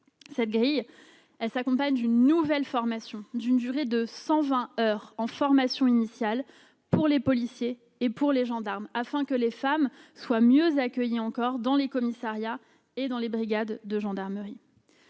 Cette grille s'accompagne d'une nouvelle formation, d'une durée de 120 heures en formation initiale, pour les policiers et pour les gendarmes, afin que les femmes soient mieux accueillies encore dans les commissariats et dans les brigades de gendarmerie.